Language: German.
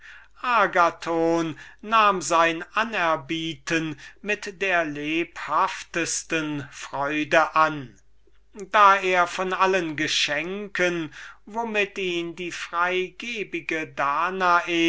agathon nahm sein anerbieten mit der lebhaftesten freude an da er von allen geschenken womit ihn die freigebige danae